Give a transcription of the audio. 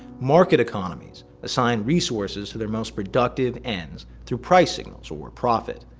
market economies assign resources to their most productive ends through price signals, or profit.